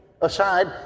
aside